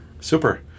super